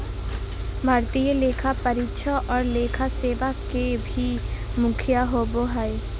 भारतीय लेखा परीक्षा और लेखा सेवा के भी मुखिया होबो हइ